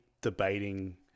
debating